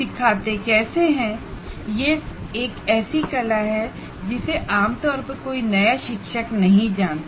सिखाते कैसे हैं यह एक ऐसी कला है जिसे आमतौर पर कोई नया शिक्षक नहीं जानता